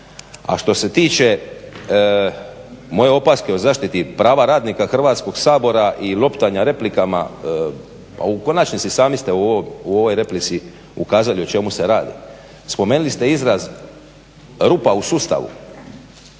A što se tiče moje opaske o zaštiti prava radnika Hrvatskog sabora i loptanja replikama, a u konačnici sami ste u ovoj replici ukazali o čemu se radi. Spomenuli ste izraz rupa u sustavu.